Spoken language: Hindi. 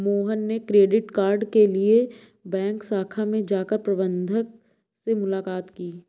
मोहन ने क्रेडिट कार्ड के लिए बैंक शाखा में जाकर प्रबंधक से मुलाक़ात की